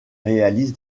réalise